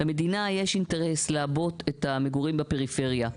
למדינה יש אינטרס לעבות את המגורים בפריפריה.